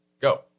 go